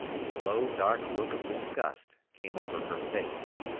a slow dark look of disgust came over her face.